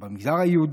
או במגזר היהודי,